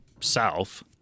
south